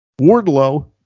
Wardlow